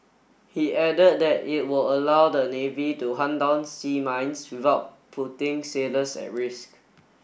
he added that it will allow the navy to hunt down sea mines without putting sailors at risk